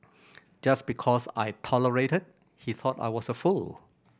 just because I tolerated he thought I was a fool